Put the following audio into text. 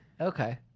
Okay